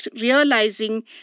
realizing